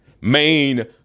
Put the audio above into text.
main